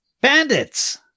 Bandits